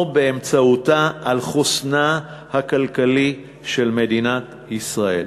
באמצעותה על חוסנה הכלכלי של מדינת ישראל.